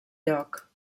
lloc